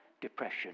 depression